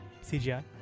CGI